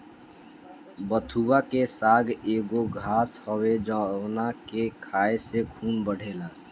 बथुआ के साग एगो घास हवे जावना के खाए से खून बढ़ेला